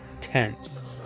tense